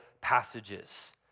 passages